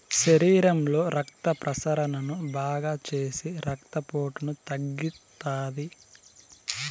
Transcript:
శరీరంలో రక్త ప్రసరణను బాగాచేసి రక్తపోటును తగ్గిత్తాది